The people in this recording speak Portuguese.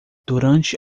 durante